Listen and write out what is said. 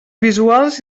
visuals